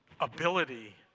ability